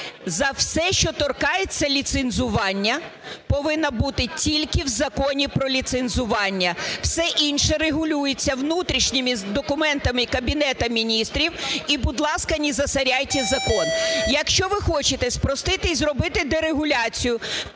За все, що торкається ліцензування повинна бути тільки в Законі про ліцензування. Все інше регулюється внутрішніми документами Кабінету Міністрів і, будь ласка, не засоряйте закон. Якщо ви хочете спростити і зробити дерегуляцію